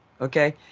okay